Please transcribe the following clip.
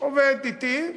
עבד אתי.